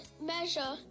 measure